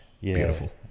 Beautiful